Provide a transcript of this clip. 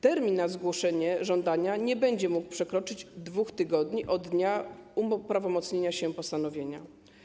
Termin na zgłoszenie żądania nie będzie mógł przekroczyć 2 tygodni od dnia uprawomocnienia się postanowienia.